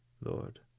Lord